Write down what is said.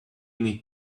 need